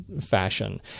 fashion